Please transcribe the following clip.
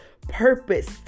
purpose